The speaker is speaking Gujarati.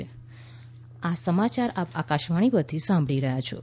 કોરોના અપીલ આ સમાચાર આપ આકાશવાણી પરથી સાંભળી રહ્યા છો